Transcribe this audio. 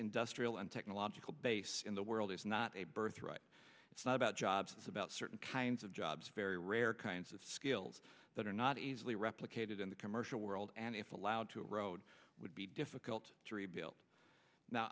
industrial and technological base in the world is not a birthright it's not about jobs it's about certain kinds of jobs very rare kinds of skills that are not easily replicated in the commercial world and if allowed to road would be difficult to rebuild